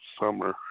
summer